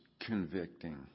convicting